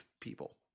people